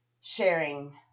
sharing